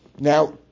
Now